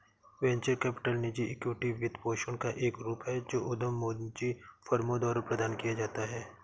venture capital निजी equity वित्तपोषण का एक रूप है जो उद्यम पूंजी फर्मों द्वारा प्रदान किया जाता है